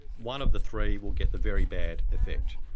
one of the three will get the very bad effect.